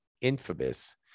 infamous